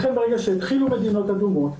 לכן ברגע שהתחילו המדינות האדומות,